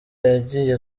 yagiye